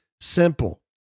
simple